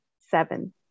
Seven